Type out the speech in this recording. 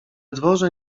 dworze